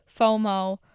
FOMO